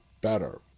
better